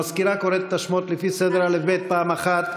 המזכירה קוראת את השמות לפי סדר האל"ף-בי"ת פעם אחת,